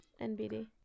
NBD